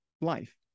life